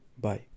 Bye